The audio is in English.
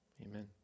Amen